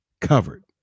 covered